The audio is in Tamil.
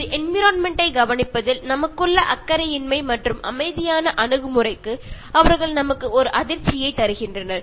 நமது என்விரொண்மெண்ட் டை கவனிப்பதில் நமக்குள்ள அக்கறையின்மை மற்றும் அமைதியான அணுகுமுறைக்கு அவர்கள் நமக்கு ஒரு அதிர்ச்சியைத் தருகின்றனர்